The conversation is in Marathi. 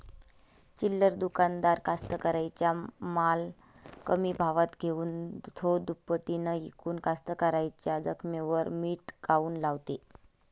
चिल्लर दुकानदार कास्तकाराइच्या माल कमी भावात घेऊन थो दुपटीनं इकून कास्तकाराइच्या जखमेवर मीठ काऊन लावते?